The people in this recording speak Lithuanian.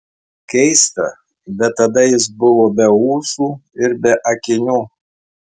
keista bet tada jis buvo be ūsų ir be akinių